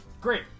Great